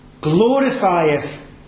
glorifieth